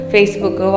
Facebook